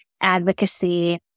advocacy